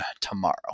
tomorrow